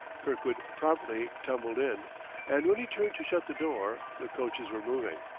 kirkwood promptly tumbled in and when he turned to shut the door the coaches were moving.